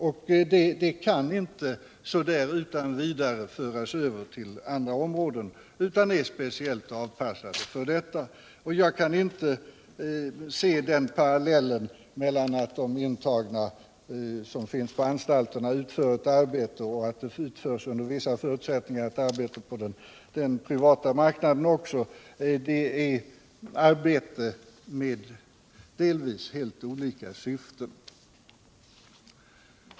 Dessa rättigheter kan inte utan vidare föras över till andra områden utan är speciellt avpassade för arbetsmarknaden. Jag kan inte se — som Jörn Svensson säger — parallellen mellan att de intagna på anstalterna utför ett arbete och det arbete som förekommer på den privata och offentliga arbetsmarknaden — det rör sig om arbete med delvis helt olika syften.